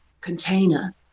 container